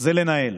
זה לנהל.